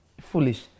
foolish